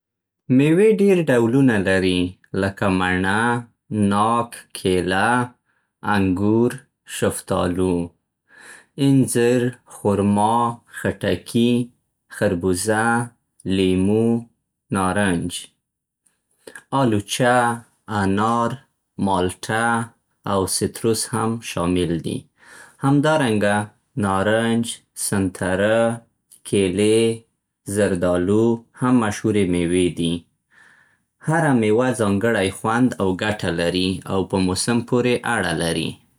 مېوې ډېر ډولونه لري، لکه مڼه، ناک، کیله، انګور، شفتالو. انځر، خُرما، خټکي، خربوزه، لیمو، نارنج. الوچه، انار، مالټه، او ستروس هم شامل دي. همدارنګه، نارنج، سنتره، کېلې، زردالو هم مشهورې مېوې دي. هره مېوه ځانګړی خوند او ګټه لري، او په موسم پورې اړه لري.